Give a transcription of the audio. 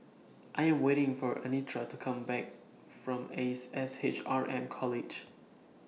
I Am waiting For Anitra to Come Back from Ace S H R M College